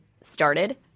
started